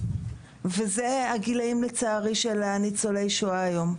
וזה הגילאים לצערי של ניצולי השואה היום.